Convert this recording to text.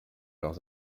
leurs